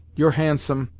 you're handsome